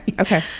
Okay